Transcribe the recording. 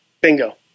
Bingo